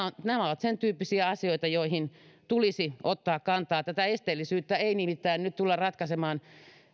nämä ovat sentyyppisiä asioita joihin tulisi ottaa kantaa tätä esteellisyyttä ei nimittäin nyt tulla ratkaisemaan